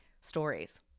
stories